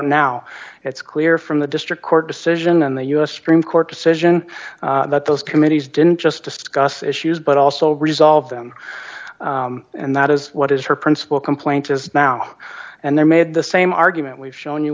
about now it's clear from the district court decision and the u s supreme court decision that those committees didn't just discuss issues but also resolve them and that is what is her principal complaint is now and they made the same argument we've shown you